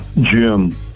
Jim